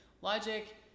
logic